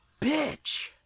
Bitch